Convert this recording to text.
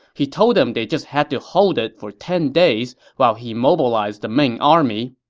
he told them they just had to hold it for ten days while he mobilized the main army.